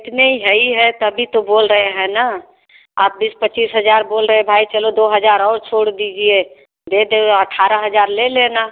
इतने ही है तभी तो बोल रहे है न आप बीस पच्चीस हजार बोल रहे भाई चलो दो हजार और छोड़ दीजिए दे दो अठारह हजार ले लेना